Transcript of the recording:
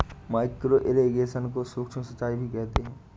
micro irrigation को सूक्ष्म सिंचाई भी कहते हैं